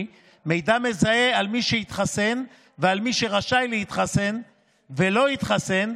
מידע מזהה על מי שהתחסן ועל מי שרשאי להתחסן ולא התחסן,